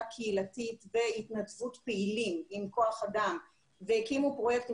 קהילתית והתנדבות פעילים עם כוח אדם והקימו פרויקטים,